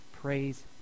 Praise